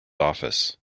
office